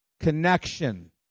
Connection